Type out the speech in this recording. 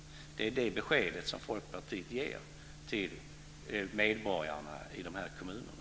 Det är det beskedet som Folkpartiet ger till medborgarna i de här kommunerna.